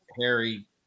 Harry